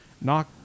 knock